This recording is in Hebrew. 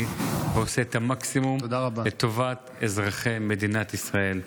ועושה את המקסימום לטובת אזרחי מדינת ישראל.